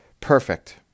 Perfect